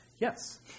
yes